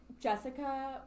Jessica